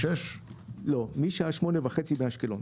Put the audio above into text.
מהשעה 20:30 באשקלון.